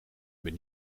ben